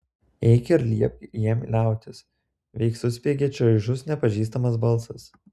eik ir liepk jiems liautis veik suspiegė čaižus nepažįstamas balsas